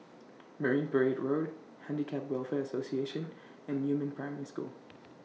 Marine Parade Road Handicap Welfare Association and Yumin Primary School